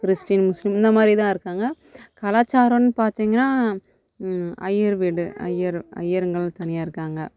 Christians இந்தமாதிரி தான் இருக்காங்க கலாச்சாரன்னு பார்த்தீங்கனா ஐய்யர் வீடு ஐய்யர் ஐய்யருங்கள் தனியாக இருக்காங்க